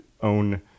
own